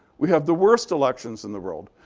we have the worst elections in the world.